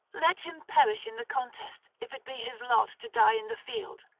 let him perish in the contest if it be his lot to die in the field.